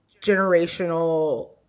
generational